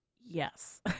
Yes